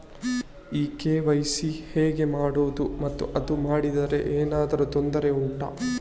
ಈ ಕೆ.ವೈ.ಸಿ ಹೇಗೆ ಮಾಡುವುದು ಮತ್ತು ಅದು ಮಾಡದಿದ್ದರೆ ಏನಾದರೂ ತೊಂದರೆ ಉಂಟಾ